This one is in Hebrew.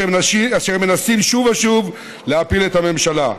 אשר מנסים שוב ושוב להפיל את הממשלה.